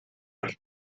har